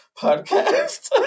podcast